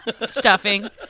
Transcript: stuffing